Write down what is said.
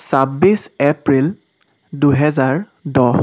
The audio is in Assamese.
চাব্বিছ এপ্ৰিল দুহেজাৰ দহ